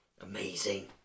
Amazing